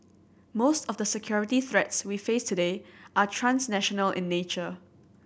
most of the security threats we face today are transnational in nature